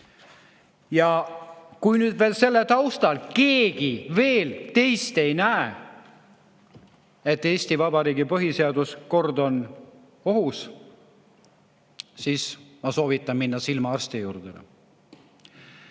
Kui nüüd selle taustal keegi teist veel ei näe, et Eesti Vabariigi põhiseaduskord on ohus, siis ma soovitan minna silmaarsti juurde.